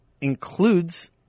includes